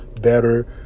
better